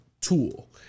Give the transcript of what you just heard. tool